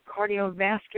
cardiovascular